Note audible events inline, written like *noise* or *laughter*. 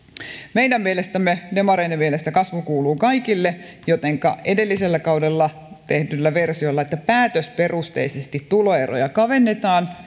meidän mielestämme demareiden mielestä kasvu kuuluu kaikille jotenka edellisellä kaudella tehty versio että päätösperusteisesti tuloeroja kavennetaan *unintelligible*